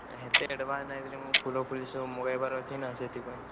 ହେତେ ଆଡ଼ଭାନ୍ସ ନାହିଁ ଦେଲେ ମୁଁ ଫୁଲ ଫୁଲି ସବୁ ମଗାଇବାର ଅଛି ନା ସେଥିପାଇଁ